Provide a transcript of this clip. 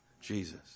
Jesus